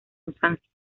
infancia